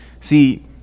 see